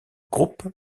groupe